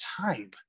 time